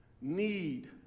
need